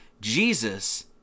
Jesus